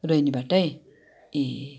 रोहिणीबाटै ए